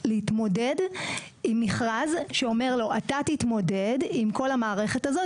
להתמודד עם מכרז שאומר לו אתה תתמודד עם כל המערכת הזאת,